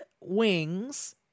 Wings